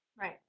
Right